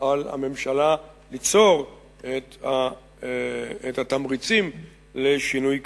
על הממשלה ליצור את התמריצים לשינוי כזה.